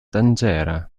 danĝera